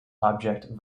object